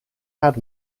had